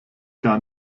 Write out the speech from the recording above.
gar